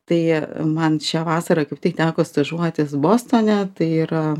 tai man šią vasarą kaip tik teko stažuotis bostone tai yra